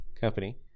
Company